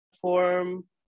form